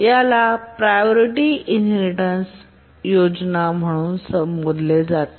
याला priority inheritance योजना म्हणून ओळखले जाते